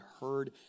heard